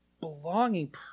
belonging